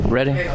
Ready